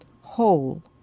whole